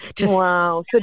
Wow